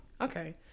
Okay